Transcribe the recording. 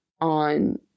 on